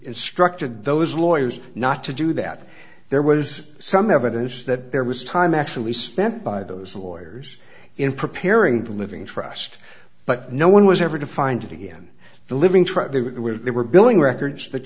instructed those lawyers not to do that there was some evidence that there was time actually spent by those lawyers in preparing for a living trust but no one was ever to find again the living trust they were they were billing records that